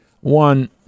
One